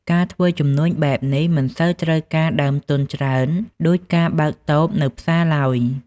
ការធ្វើជំនួញបែបនេះមិនសូវត្រូវការដើមទុនច្រើនដូចការបើកតូបនៅផ្សារឡើយ។